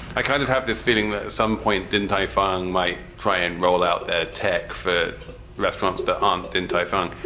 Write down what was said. i kind of have this feeling that at some point didn't-i fung might try and roll out that tech for restaurants that aren't into iphone.